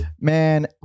man